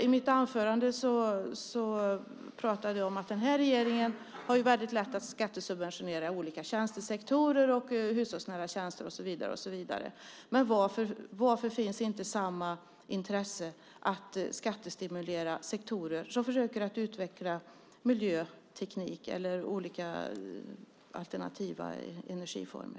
I mitt anförande pratade jag om att den här regeringen har väldigt lätt att skattesubventionera olika tjänstesektorer, hushållsnära tjänster och så vidare. Men varför finns inte samma intresse för att skattestimulera sektorer som försöker utveckla miljöteknik eller olika alternativa energiformer?